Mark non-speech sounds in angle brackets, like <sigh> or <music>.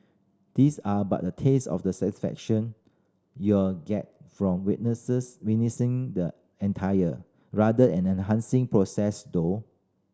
these are but a taste of the satisfaction you'll get from witnesses witnessing the entire rather <unintelligible> enchanting process though